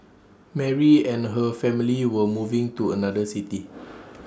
Mary and her family were moving to another city